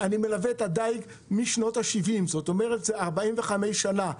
אני מלווה את הדיג משנות ה-70, כלומר כבר 45 שנים.